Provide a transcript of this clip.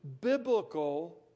biblical